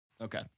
Okay